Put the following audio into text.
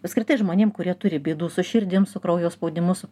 apskritai žmonėm kurie turi bėdų su širdim su kraujo spaudimu su